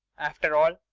after all,